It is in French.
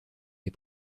les